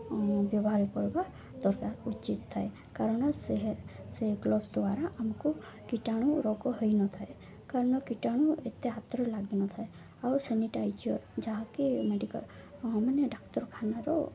ମୁଁ ବ୍ୟବହାର କରିବା ଦରକାର ଉଚିତ ଥାଏ କାରଣ ସେହେ ସେ ଗ୍ଲୋଭ୍ସ ଦ୍ୱାରା ଆମକୁ କୀଟାଣୁ ରୋଗ ହୋଇ ନ ଥାଏ କାରଣ କୀଟାଣୁ ଏତେ ହାତରେ ଲାଗି ନ ଥାଏ ଆଉ ସୋନିଟାଇଜର୍ ଯାହାକି ମେଡ଼ିକାଲ୍ ମାନେ ଡାକ୍ତରଖାନାର